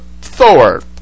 Thor